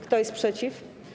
Kto jest przeciw?